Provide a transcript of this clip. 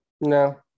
No